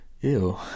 ew